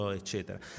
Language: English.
eccetera